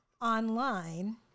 online